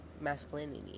masculinity